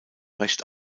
recht